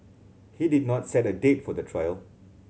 he did not set a date for the trial